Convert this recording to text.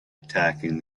attacking